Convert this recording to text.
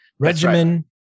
Regimen